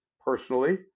personally